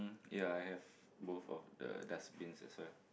ya I have both of the dustbins as well